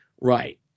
Right